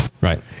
Right